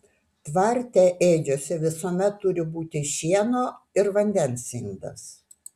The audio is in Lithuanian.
tvarte ėdžiose visuomet turi būti šieno ir vandens indas